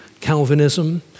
Calvinism